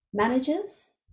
Managers